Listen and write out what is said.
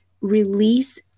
release